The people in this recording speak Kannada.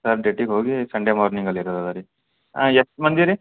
ತರ್ಡ್ ಡೇಟಿಗೆ ಹೋಗಿ ಸಂಡೆ ಮಾರ್ನಿಂಗ್ ಅಲ್ಲಿ ಇರದ ರೀ ಆಂ ಎಷ್ಟು ಮಂದಿ ರೀ